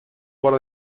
por